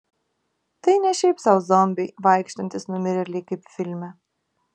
tai ne šiaip sau zombiai vaikštantys numirėliai kaip filme